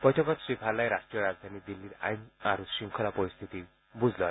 বৈঠকত শ্ৰীভাল্লাই ৰাষ্টীয় ৰাজধানী দিল্লীৰ আইন আৰু শৃংখলা পৰিস্থিতিৰ বুজ লয়